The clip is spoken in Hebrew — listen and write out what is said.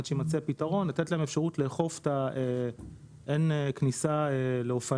עד שיימצא הפתרון לתת להם אפשרות לאכוף את האין כניסה לאופניים,